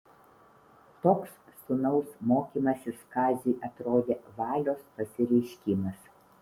toks sūnaus mokymasis kaziui atrodė valios pasireiškimas